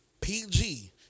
PG